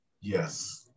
Yes